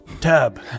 Tab